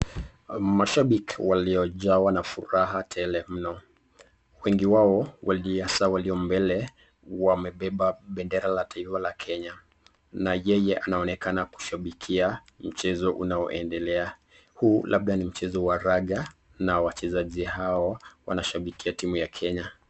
Mashabik waliojazwa na furaha tele mno, wengi wao hasa waliombele wamebeba bendera la taifa la kenya na yeye anaonekana kushabikia mchezo unaoendelea, huu labda ni mchezo wa raga na wachezaji ao wanashabikia timu ya kenya.